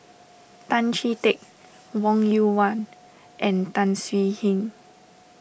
Tan Chee Teck Wong Yoon Wah and Tan Swie Hian